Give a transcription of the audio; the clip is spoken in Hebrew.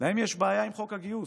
להן יש בעיה עם חוק הגיוס.